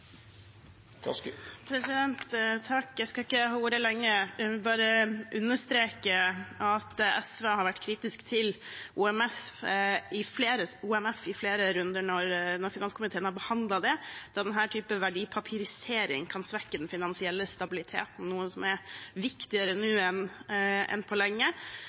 har vært kritisk til OMF i flere runder når finanskomiteen har behandlet det. Denne typen verdipapirisering kan svekke den finansielle stabiliteten, noe som er viktigere nå enn på lenge.